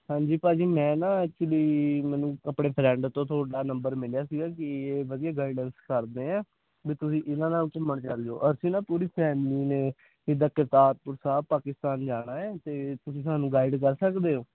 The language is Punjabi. ਹਾਂਜੀ ਭਾਜੀ ਮੈਂ ਨਾ ਐਕਚੁਲੀ ਮੈਨੂੰ ਆਪਣੇ ਫਰੈਂਡ ਤੋਂ ਤੁਹਾਡਾ ਨੰਬਰ ਮਿਲਿਆ ਸੀਗਾ ਕਿ ਇਹ ਵਧੀਆ ਗਾਈਡੈਂਸ ਕਰਦੇ ਹੈ ਵੀ ਤੁਸੀਂ ਇਹਨਾਂ ਨਾਲ ਘੁੰਮਣ ਚਲੇ ਜਿਓ ਅਸੀਂ ਨਾ ਪੂਰੀ ਫੈਮਲੀ ਨੇ ਇੱਦਾਂ ਕਰਤਾਰਪੁਰ ਸਾਹਿਬ ਪਾਕਿਸਤਾਨ ਜਾਣਾ ਹੈ ਅਤੇ ਤੁਸੀਂ ਸਾਨੂੰ ਗਾਈਡ ਕਰ ਸਕਦੇ ਓ